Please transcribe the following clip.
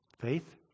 Faith